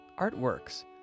ArtWorks